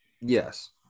yes